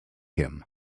him